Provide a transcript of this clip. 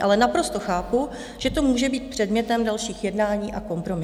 Ale naprosto chápu, že to může být předmětem dalších jednání a kompromisů.